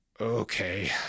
Okay